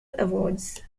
awards